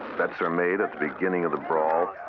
bets are made at the beginning of the brawl,